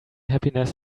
happiness